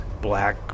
black